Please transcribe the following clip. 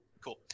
Cool